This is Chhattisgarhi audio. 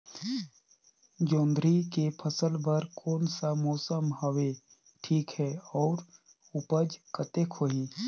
जोंदरी के फसल बर कोन सा मौसम हवे ठीक हे अउर ऊपज कतेक होही?